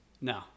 no